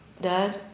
Dad